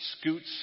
scoots